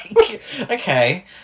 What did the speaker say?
Okay